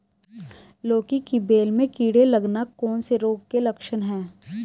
लौकी की बेल में कीड़े लगना कौन से रोग के लक्षण हैं?